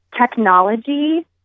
technology